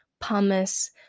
pumice